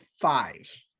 five